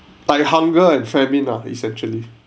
by hunger and famine ah essentially